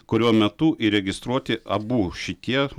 kurio metu įregistruoti abu šitie